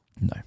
no